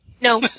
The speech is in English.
No